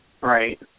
Right